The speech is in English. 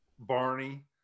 Barney